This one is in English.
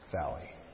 valley